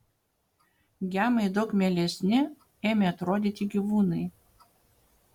gemai daug mielesni ėmė atrodyti gyvūnai